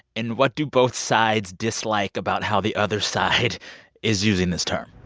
and what do both sides dislike about how the other side is using this term?